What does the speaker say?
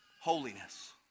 holiness